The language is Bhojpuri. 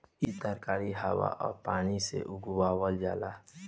इ तरकारी हवा आ पानी से उगावल जाला